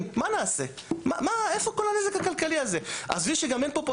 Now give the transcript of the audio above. היום יש שם מסות